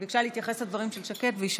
היא ביקשה להתייחס לדברים של שקד ואישרתי.